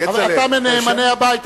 אתה מנאמני הבית,